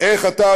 איך אתה,